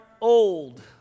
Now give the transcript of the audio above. old